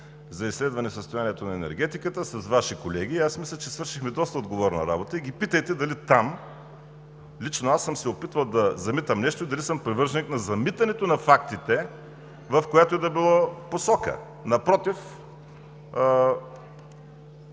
за изследване състоянието на енергетиката с Ваши колеги и мисля, че свършихме доста отговорна работа, и ги питайте дали там лично аз съм се опитвал да замитам нещо и дали съм привърженик на замитането на фактите в която и да било посока. Напротив,